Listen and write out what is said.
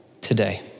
today